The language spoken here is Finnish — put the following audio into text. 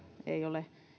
ei ole